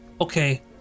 okay